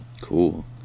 Cool